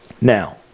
Now